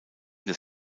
des